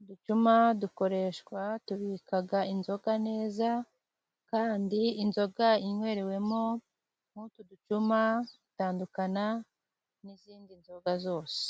uducuma dukoreshwa tubika inzoga neza kandi inzoga inywerewemo mur'utu ducuma itandukana n'izindi nzoga zose.